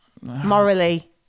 morally